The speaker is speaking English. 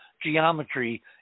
geometry